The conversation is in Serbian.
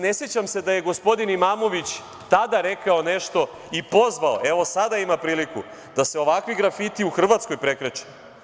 Ne sećam se da je gospodin Imamović tada rekao nešto i pozvao, evo, sada ima priliku da se ovakvi grafiti u Hrvatskoj prekreče.